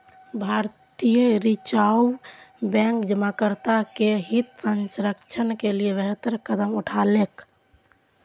भारतीय reserve bank जमाकर्ता के हित संरक्षण के लिए बेहतर कदम उठेलकै